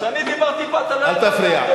כשאני דיברתי פה אתה לא יכולת, אל תפריע.